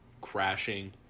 crashing